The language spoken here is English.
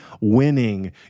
winning